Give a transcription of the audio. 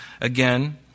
again